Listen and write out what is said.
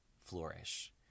flourish